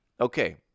okay